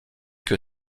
que